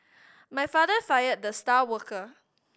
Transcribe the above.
my father fired the star worker